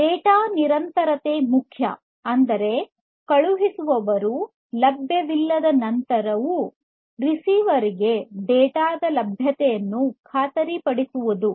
data ನಿರಂತರತೆ ಮುಖ್ಯ ಅಂದರೆ ಕಳುಹಿಸುವವರು ಲಭ್ಯವಿಲ್ಲದ ನಂತರವೂ ರಿಸೀವರ್ ಗೆ ಡೇಟಾ ದ ಲಭ್ಯತೆಯನ್ನು ಖಾತರಿಪಡಿಸುವುದು